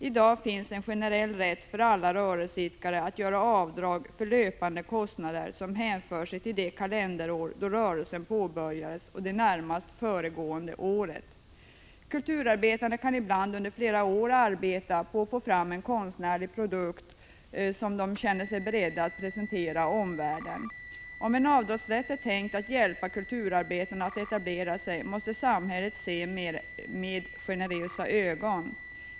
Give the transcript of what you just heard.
I dag finns en generell rätt för alla rörelseidkare att göra avdrag för löpande omkostnader som hänför sig till det kalenderår då en rörelse påbörjats och det närmast föregående året. Kulturarbetaren kan ibland under flera år arbeta på att få fram en konstnärlig produkt som han är beredd att presentera omvärlden. Om en avdragsrätt är avsedd att hjälpa kulturarbetaren att etablera sig måste samhället se på detta med generösa ögon.